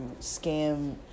scam